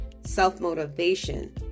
self-motivation